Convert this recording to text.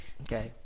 Okay